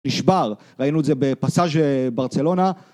נשבר ראינו את זה בפסאז' ברצלונה